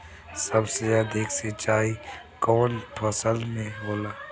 सबसे अधिक सिंचाई कवन फसल में होला?